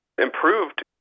improved